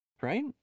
right